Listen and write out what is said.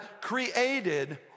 created